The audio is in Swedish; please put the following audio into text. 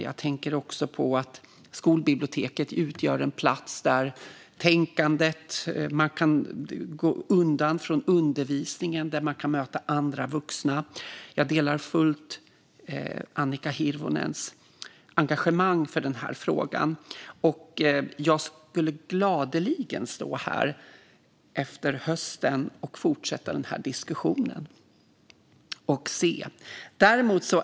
Jag tänker också på att skolbiblioteket utgör en plats där tänkandet kan ske. Dit kan man gå och komma undan från undervisningen och möta andra vuxna. Jag delar fullt ut Annika Hirvonens engagemang i frågan, och jag skulle gladeligen stå här i höst och fortsätta diskussionen och se hur det är då.